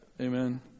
Amen